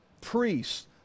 priests